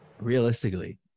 realistically